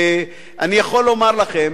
אני יכול לומר לכם,